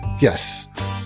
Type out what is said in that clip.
yes